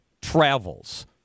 travels